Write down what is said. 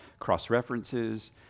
cross-references